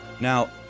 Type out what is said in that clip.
Now